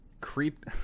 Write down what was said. creep